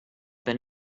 been